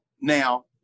Now